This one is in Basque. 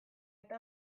eta